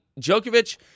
Djokovic